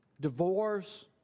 divorce